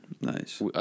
Nice